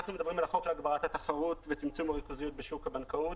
אנחנו מדברים על החוק להגברת התחרות וצמצום הריכוזיות בשוק הבנקאות.